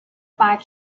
five